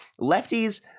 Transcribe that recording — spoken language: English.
lefties